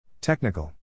Technical